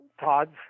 Todd's